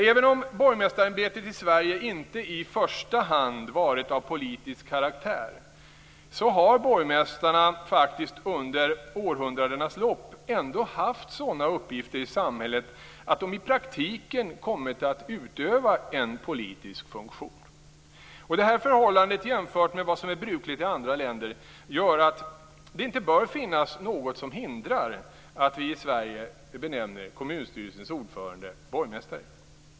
Även om borgmästarämbetet i Sverige inte i första hand varit av politisk karaktär, har borgmästarna under århundradenas lopp faktiskt ändå haft sådana uppgifter i samhället att de i praktiken kommit att utöva en politisk funktion. Detta förhållande jämfört med vad som är brukligt i andra länder gör att det inte bör finnas något som hindrar att vi i Sverige benämner kommunstyrelsens ordförande borgmästare.